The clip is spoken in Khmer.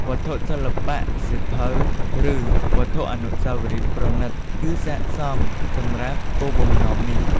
វត្ថុសិល្បៈ សៀវភៅ ឬវត្ថុអនុស្សាវរីយ៍ប្រណិត គឺស័ក្តិសមសម្រាប់គោលបំណងនេះ។